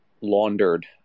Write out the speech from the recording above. laundered